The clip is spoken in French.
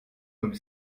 comme